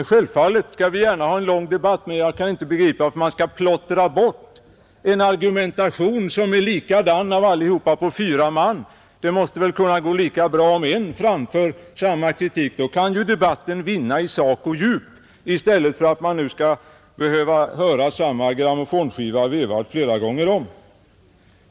Självfallet skall vi gärna ha en lång debatt, men jag kan inte begripa att man skall behöva plottra bort en likadan argumentation på fyra man. Det måste väl kunna gå lika bra om en talare framför denna kritik. Då kan ju debatten vinna i sak och djup i stället för att man som nu skall behöva höra samma grammofonskiva vevas flera gånger om.